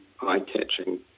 eye-catching